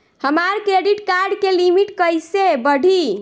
हमार credit card के limit कइसे बढ़ी?